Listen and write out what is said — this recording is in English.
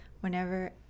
whenever –